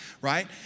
right